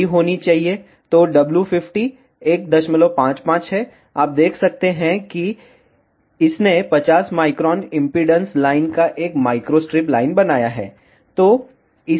तो w50 155 है आप देख सकते हैं कि इसने 50 माइक्रोन इम्पीडेन्स लाइन का 1 माइक्रोस्ट्रिप बनाया है